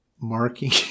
marking